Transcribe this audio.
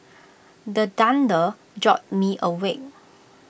the thunder jolt me awake